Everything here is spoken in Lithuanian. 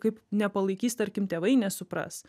kaip nepalaikys tarkim tėvai nesupras